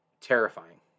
terrifying